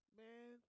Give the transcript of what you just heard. man